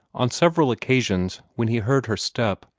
on several occasions, when he heard her step,